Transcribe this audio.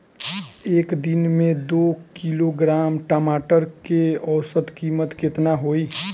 एक दिन में दो किलोग्राम टमाटर के औसत कीमत केतना होइ?